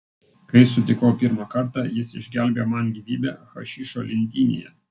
kai sutikau pirmą kartą jis išgelbėjo man gyvybę hašišo lindynėje